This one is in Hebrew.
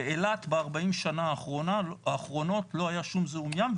באילת ב-40 שנה האחרונות לא היה שום זיהום ים,